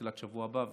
בתחילת השבוע הבא,